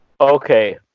Okay